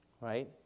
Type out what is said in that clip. right